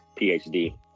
PhD